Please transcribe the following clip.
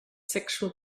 sexual